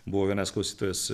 buvo vienas klausytojas